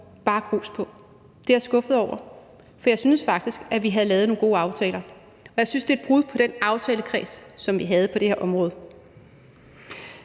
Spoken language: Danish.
bare grus på. Det er jeg skuffet over, for jeg synes faktisk, at vi havde lavet nogle gode aftaler, og jeg synes, det er et brud i forhold til den aftalekreds, som vi havde på det her område.